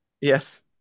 Yes